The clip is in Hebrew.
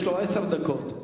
יש לו עשר דקות.